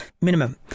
minimum